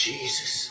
Jesus